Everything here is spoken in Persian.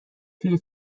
توی